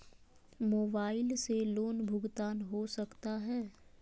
Mobile से loan भुगतान हो सकता है?